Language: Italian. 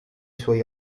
suoi